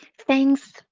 thanks